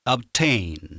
Obtain